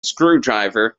screwdriver